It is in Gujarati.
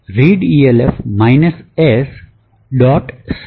readelf S